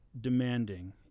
demanding